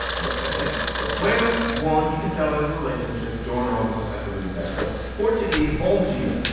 ok. so when i was born you can tell there's a relationship. jaune. ah i will just have to leave that. but portuguese bond g a.